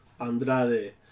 Andrade